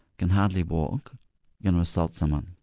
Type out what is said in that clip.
can hardly walk going to assault someone?